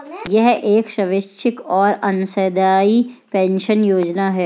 यह एक स्वैच्छिक और अंशदायी पेंशन योजना है